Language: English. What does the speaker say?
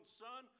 son